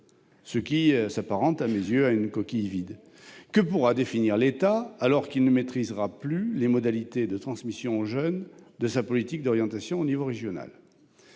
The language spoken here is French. cela s'apparente à une coquille vide ! Que pourra définir l'État, alors qu'il ne maîtrisera plus les modalités de transmission aux jeunes de sa politique d'orientation à l'échelon régional ?